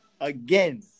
again